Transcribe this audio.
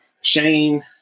Shane